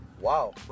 wow